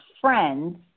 friends